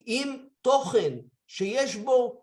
עם תוכן שיש בו